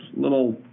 little